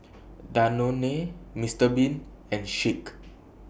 Danone Mister Bean and Schick